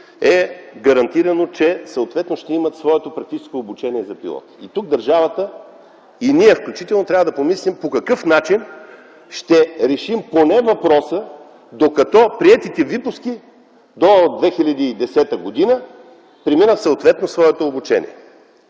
е гарантирано, че съответно ще имат своето практическо обучение за пилоти. И тук държавата, и ние включително, трябва да помислим по какъв начин ще решим въпроса, поне докато приетите випуски до 2010 г. преминат съответно своето обучение.